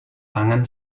tangan